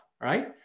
right